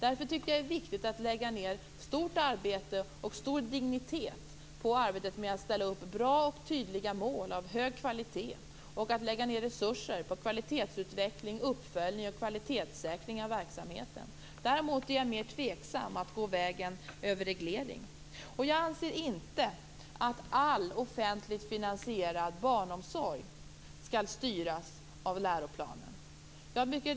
Därför är det viktigt att lägga ned ett stort arbete och en stor dignitet i arbetet på att ställa upp bra och tydliga mål av hög kvalitet och att lägga ned resurser på kvalitetsutveckling, uppföljning och kvalitetssäkring av verksamheten. Däremot är jag mer tveksam till att gå vägen över reglering. Jag anser inte att all offentligt finansierad barnomsorg skall styras av läroplanen.